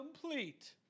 complete